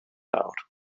nawr